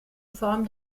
form